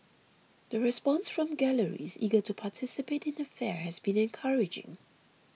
the response from galleries eager to participate in the fair has been encouraging